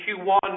Q1